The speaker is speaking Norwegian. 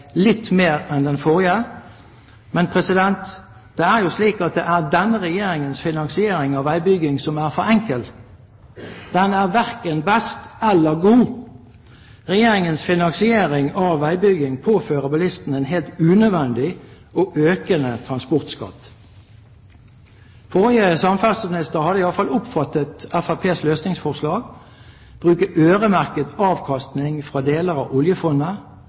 litt mer enn den forrige, men det er jo slik at det er denne regjeringens finansiering av veibygging som er for enkel. Den er verken best eller god! Regjeringens finansiering av veibygging påfører bilistene en helt unødvendig og økende transportskatt. Forrige samferdselsminister hadde i alle fall oppfattet Fremskrittspartiets løsningsforslag: bruke øremerket avkastning fra deler av oljefondet,